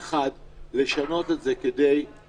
אבל פעם אחת ננסה יחד לשנות את זה כדי שהמפעלים